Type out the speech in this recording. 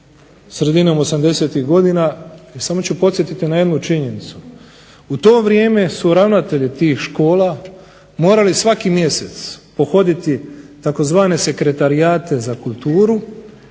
sredinom 80- tih godina i samo ću podsjetiti na jednu činjenicu. U to vrijeme su ravnatelji tih škola morali svaki mjesec pohoditi tzv. Sekretarijate za kulturu